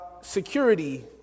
security